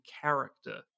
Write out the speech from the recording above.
character